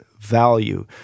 value